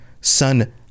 son